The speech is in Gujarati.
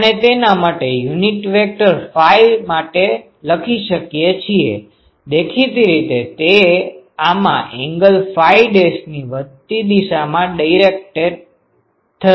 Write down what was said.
આપણે તેના માટે યુનિટ વેક્ટર ફાઈ માટે લખી શકીએ છીએ દેખીતી રીતે તે આમાં એંગલ ફાઇ ડેશની વધતી દિશામાં ડીરેક્ટેડ થશે